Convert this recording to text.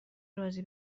رازی